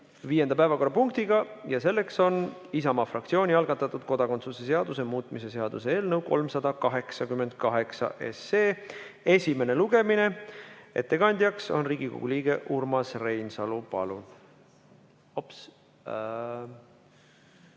viienda päevakorrapunktiga. See on Isamaa fraktsiooni algatatud kodakondsuse seaduse muutmise seaduse eelnõu 388 esimene lugemine. Ettekandja on Riigikogu liige Urmas Reinsalu. Palun!